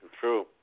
True